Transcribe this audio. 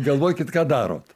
galvokit ką darot